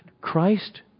Christ